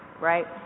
right